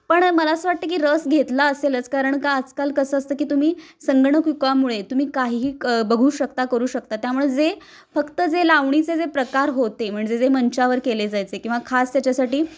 पण मला असं वाटतं की रस घेतला असेलच कारण का आजकाल कसं असतं की तुम्ही संगणक युगामुळे तुम्ही काहीही क बघू शकता करू शकता त्यामुळे जे फक्त जे लावणीचे जे प्रकार होते म्हणजे जे मंचावर केले जायचे किंवा खास त्याच्यासाठी